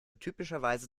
typischerweise